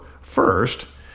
First